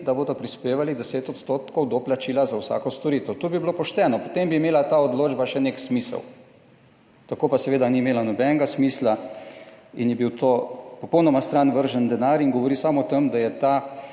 da bodo prispevali 10 odstotkov do plačila za vsako storitev, to bi bilo pošteno. Potem bi imela ta odločba še nek smisel. Tako pa seveda ni imela nobenega smisla in je bil to popolnoma stran vržen denar. In govori samo o tem, da je ta